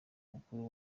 mukuru